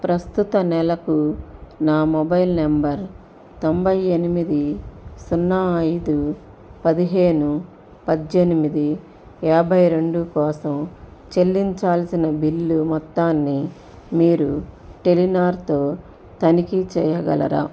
ప్రస్తుత నెలకు నా మొబైల్ నంబర్ తొంభై ఎనిమిది సున్నా ఐదు పదహేను పద్దెనిమిది యాబై రెండు కోసం చెల్లించాల్సిన బిల్లు మొత్తాన్ని మీరు టెలినార్తో తనిఖీ చేయగలరా